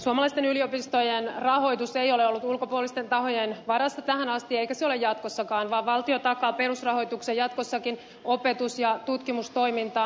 suomalaisten yliopistojen rahoitus ei ole ollut ulkopuolisten tahojen varassa tähän asti eikä se ole jatkossakaan vaan valtio takaa perusrahoituksen jatkossakin opetus ja tutkimustoimintaan